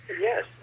Yes